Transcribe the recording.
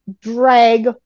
drag